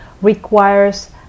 requires